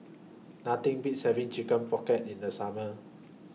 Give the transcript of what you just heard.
Nothing Beats having Chicken Pocket in The Summer